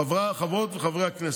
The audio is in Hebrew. חברות וחברי הכנסת,